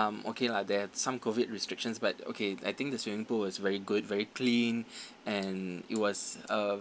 um okay lah they have some COVID restrictions but okay I think the swimming pool was very good very clean and it was a